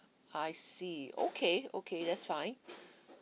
I see okay okay that's fine